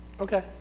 Okay